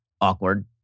awkward